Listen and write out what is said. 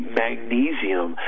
magnesium